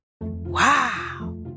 Wow